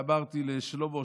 ואמרתי לשלמה,